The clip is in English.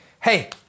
hey